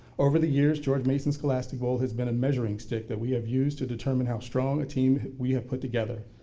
over the years, george mason scholastic bowl has been a and measuring stick that we have used to determine how strong a team we have put together.